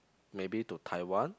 maybe to Taiwan